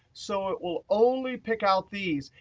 so it will only pick out these,